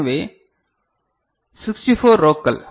எனவே 64 ரோக்கள்